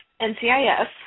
NCIS